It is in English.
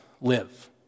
live